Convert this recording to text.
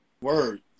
Word